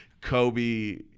Kobe